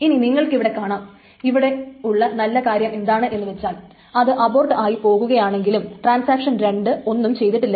ഇനി നിങ്ങൾക്കിവിടെ കാണാം ഇവിടെയുള്ള നല്ല കാര്യം എന്താണെന്നു വച്ചാൽ ഇത് അബോർട്ട് ആയി പോകുകയാണെങ്കിലും ട്രാൻസാക്ഷൻ 2 ഒന്നും ചെയ്തിട്ടില്ല